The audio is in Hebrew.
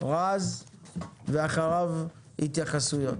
רז ואחריו התייחסויות.